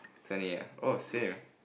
twenty eight ah oh same